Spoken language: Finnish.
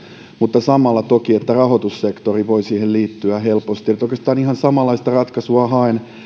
mutta samalla toki rahoitussektori voi siihen liittyä helposti oikeastaan ihan samanlaista ratkaisua haen